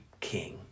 king